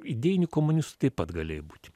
idėjiniu komunistu taip pat galėjai būti